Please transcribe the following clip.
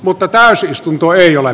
mutta vähäisyys tuntuu ei ole